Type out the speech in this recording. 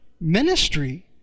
ministry